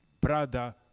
brother